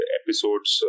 episodes